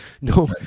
no